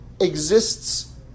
exists